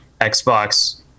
Xbox